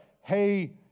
hey